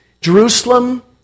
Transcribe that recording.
Jerusalem